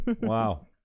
Wow